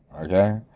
Okay